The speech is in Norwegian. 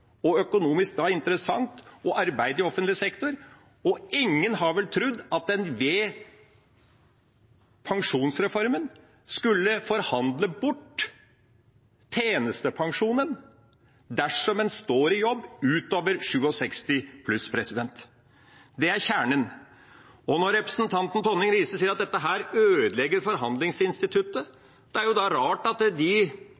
og økonomisk interessant å arbeide i offentlig sektor. Ingen har vel trodd at en med pensjonsreformen skulle forhandle bort tjenestepensjonen dersom en står i jobb utover 67 år. Det er kjernen. Når representanten Tonning Riise sier at dette ødelegger